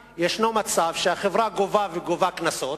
המצב הוא שהחברה גובה עוד ועוד קנסות,